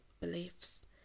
beliefs